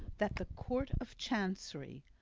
that the court of chancery,